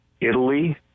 Italy